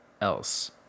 else